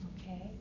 okay